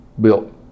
built